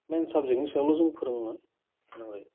मेन साबजेक्टनि सायावल' जों फोरोङोमोन गोनां जायो